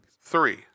three